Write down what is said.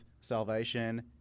Salvation